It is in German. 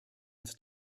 uns